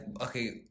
okay